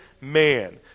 man